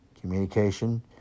communication